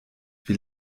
wir